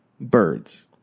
birds